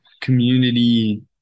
community